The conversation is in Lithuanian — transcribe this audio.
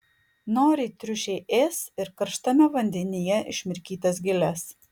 noriai triušiai ės ir karštame vandenyje išmirkytas giles